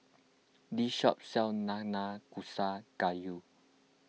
this shop sells Nanakusa Gayu